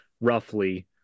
roughly